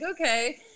okay